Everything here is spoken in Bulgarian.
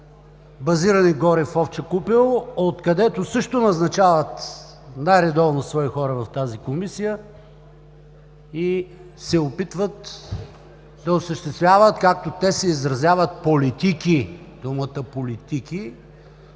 базирани в Овча купел, откъдето също назначават най-редовно свои хора в тази Комисия и се опитват да осъществяват, както те се изразяват: „политики“. Думата „политики“